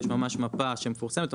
יש ממש מפה שמפורסמת,